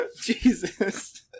Jesus